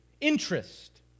interest